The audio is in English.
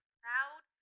proud